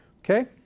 Okay